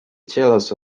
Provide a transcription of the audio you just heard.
jealous